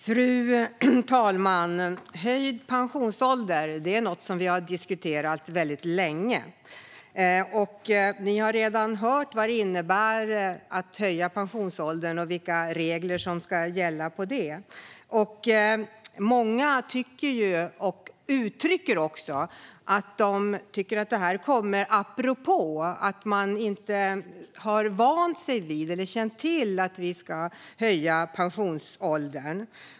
Fru talman! Höjd pensionsålder är något som vi har diskuterat väldigt länge. Ni har redan hört vad det innebär att höja pensionsåldern och vilka regler som ska gälla för det. Många tycker - och uttrycker - att det här kommer apropå. De har inte vant sig vid detta eller känt till att vi ska höja pensionsåldern.